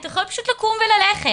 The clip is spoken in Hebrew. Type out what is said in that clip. אתה יכול פשוט לקום וללכת.